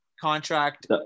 contract